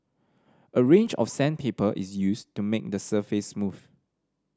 a range of sandpaper is used to make the surface smooth